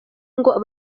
ngo